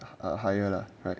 a higher lah right